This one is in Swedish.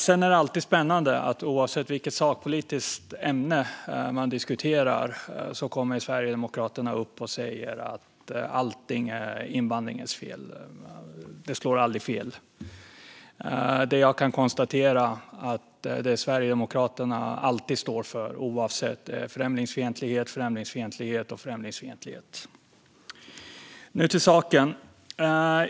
Sedan är det spännande att Sverigedemokraterna, oavsett vilket sakpolitiskt ämne man diskuterar, alltid kommer upp och säger att allt är invandringens fel. Det slår aldrig fel. Jag kan konstatera att det Sverigedemokraterna alltid står för, oavsett, är främlingsfientlighet, främlingsfientlighet och främlingsfientlighet. Nu till saken.